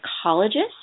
psychologist